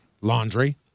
laundry